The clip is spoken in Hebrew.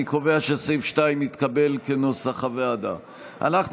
אני קובע שסעיף 2, כנוסח הוועדה, התקבל.